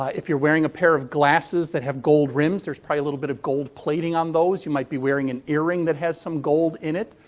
ah if you're wearing a pair of glasses that have gold rims, there's probably a little bit of gold plating on those. you might be wearing an earring that has some gold in it.